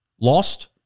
lost –